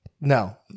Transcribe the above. No